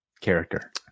character